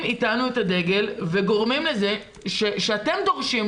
איתנו את הדגל וגורמים לזה שאתם דורשים,